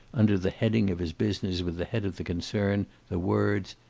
under the heading of his business with the head of the concern, the words,